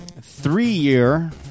three-year